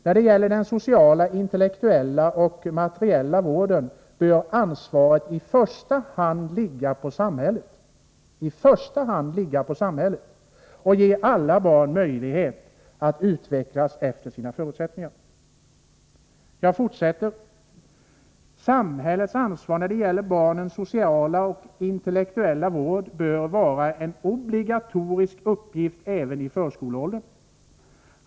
När det gäller den sociala, intellektuella och materiella vården bör ansvaret i första hand” — jag betonar detta — ”ligga på samhället och ge alla barn möjligheter att utvecklas efter sina förutsättningar.” Vidare skriver man: ”Samhällets ansvar när det gäller barnens sociala och intellektuella vård bör vara en obligatorisk uppgift även i förskoleåldrarna.